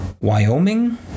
Wyoming